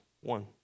one